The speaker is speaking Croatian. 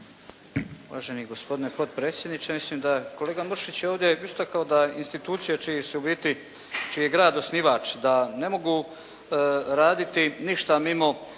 Uvaženi gospodine potpredsjedniče. Mislim da je kolega Mršić ovdje istaknuo da je institucija čiji su u biti, čiji grad osnivač, da ne mogu raditi ništa mimo